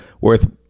worth